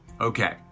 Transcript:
Okay